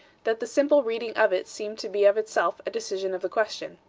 that the simple reading of it seemed to be of itself a decision of the question.